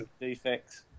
defects